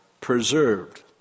preserved